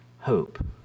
Hope